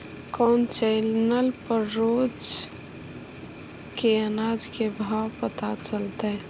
कोन चैनल पर रोज के अनाज के भाव पता चलतै?